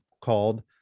called